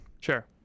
Sure